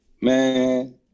Man